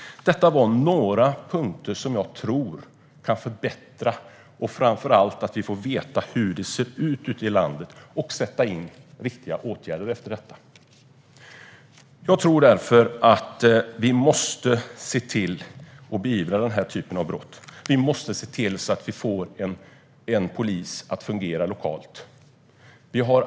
Detta är några punkter jag tror skulle kunna förbättra situationen, och framför allt skulle vi få veta hur det ser ut ute i landet och därmed kunna sätta in riktiga åtgärder. Jag tror att vi måste se till att beivra denna typ av brott. Vi måste få polisen att fungera lokalt.